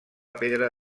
pedra